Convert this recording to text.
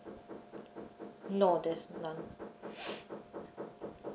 no there's none